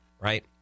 right